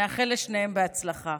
נאחל לשניהם בהצלחה.